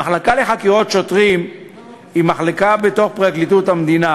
המחלקה לחקירות שוטרים היא מחלקה בתוך פרקליטות המדינה,